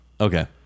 Okay